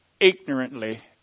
ignorantly